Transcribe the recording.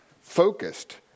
focused